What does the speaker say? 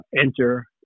enter